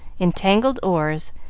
entangled oars,